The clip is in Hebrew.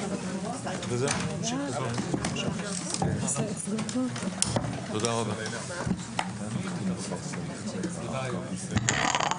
ננעלה בשעה 12:32.